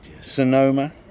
Sonoma